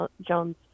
Jones